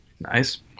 Nice